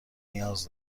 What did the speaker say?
نیاز